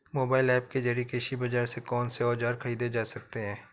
Mobile app के जरिए कृषि बाजार से कौन से औजार ख़रीदे जा सकते हैं?